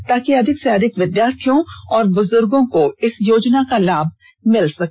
ताकि अधिक से अधिक विधार्थियों और बुजूर्गो को इस योजना का लाभ मिल सके